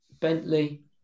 Bentley